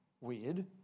weird